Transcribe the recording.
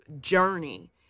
journey